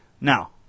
Now